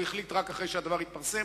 הוא החליט רק אחרי שהדבר התפרסם,